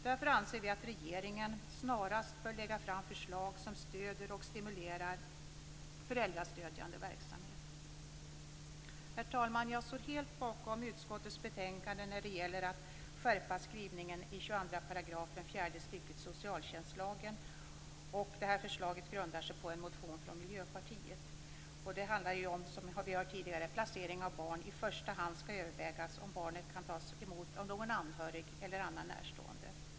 Därför anser vi att regeringen snarast bör lägga fram förslag som stöder och stimulerar föräldrastödjande verksamhet. Herr talman! Jag står helt bakom utskottets betänkande när det gäller att skärpa skrivningen i 22 § fjärde stycket socialtjänstlagen. Förslaget grundar sig på en motion från Miljöpartiet och handlar om, som vi tidigare har hört, att det vid placering av barn i första hand skall övervägas om barnet kan tas emot av någon anhörig eller annan närstående.